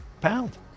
pound